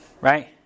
right